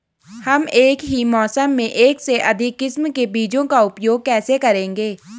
हम एक ही मौसम में एक से अधिक किस्म के बीजों का उपयोग कैसे करेंगे?